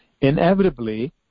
inevitably